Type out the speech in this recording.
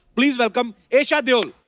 please welcome esha deol.